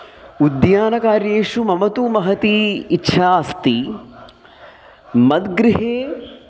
उद्यानकार्येषु मम तु महती इच्छा अस्ति मद्गृहे